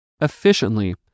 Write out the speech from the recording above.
efficiently